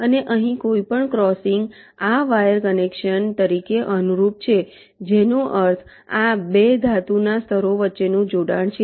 અને અહીં કોઈપણ ક્રોસિંગ આ વાયર કનેક્શન તરીકે અનુરૂપ છે જેનો અર્થ આ 2 ધાતુના સ્તરો વચ્ચેનું જોડાણ છે